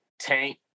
Tank